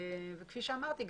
כפי שאמרתי,